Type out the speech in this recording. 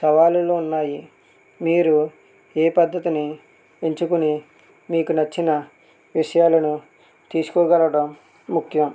సవాలులో ఉన్నాయి మీరు ఏ పద్దతిని ఎంచుకొని మీకు నచ్చిన విషయాలను తీసుకోగలడం ముఖ్యం